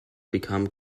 become